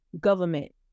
government